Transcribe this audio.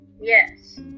Yes